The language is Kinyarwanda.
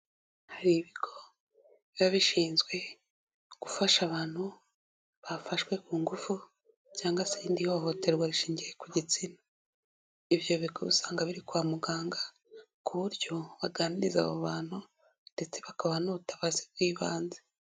Hari ibigo biba bishinzwe gufasha abantu bafashwe ku ngufu cyangwa se irindi hohoterwa rishingiye ku gitsina. Ibyo bigo usanga biri kwa muganga ku buryo baganiriza abo bantu ndetse bakabaha n'ubutabazi bw'ibanze.